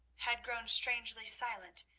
had grown strangely silent,